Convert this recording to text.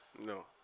No